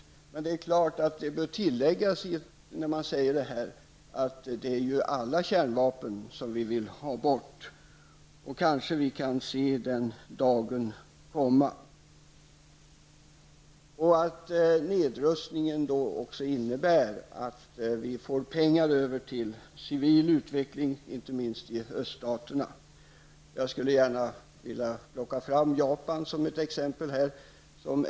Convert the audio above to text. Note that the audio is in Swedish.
Det bör tilläggas i sammanhanget att vi vill ha bort alla kärnvapen. Kanske kan vi se den dagen komma. Nedrustning innebär att vi får pengar över till civil utveckling, inte minst i Öststaterna. Jag vill gärna ta Japan som ett exempel.